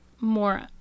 more –